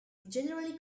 generally